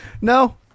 no